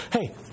Hey